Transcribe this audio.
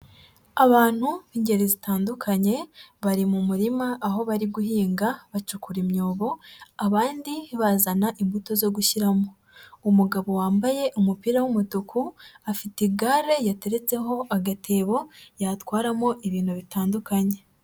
Abantu b'ingeri zitandukanye bari mu murima aho bari guhinga bacukura imyobo abandi bazana imbuto zo gushyiramo, umugabo wambaye umupira w'umutuku afite igare yateretseho agatebo yatwaramo ibintu bitandukanye.